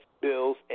Bills